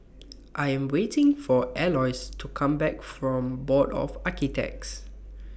I Am waiting For Aloys to Come Back from Board of Architects